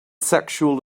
sexual